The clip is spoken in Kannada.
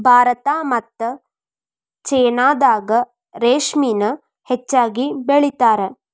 ಭಾರತಾ ಮತ್ತ ಚೇನಾದಾಗ ರೇಶ್ಮಿನ ಹೆಚ್ಚಾಗಿ ಬೆಳಿತಾರ